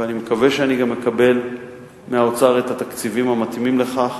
ואני מקווה שאני גם אקבל מהאוצר את התקציבים המתאימים לכך,